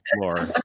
floor